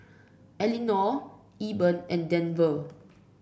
Elinore Eben and Denver